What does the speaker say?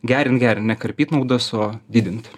gerint gerint ne karpyt naudas o didint